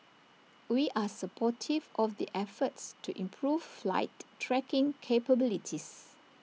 we are supportive of the efforts to improve flight tracking capabilities